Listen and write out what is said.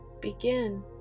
Begin